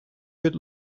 bit